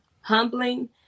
humbling